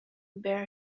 bear